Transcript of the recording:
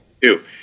two